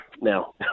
now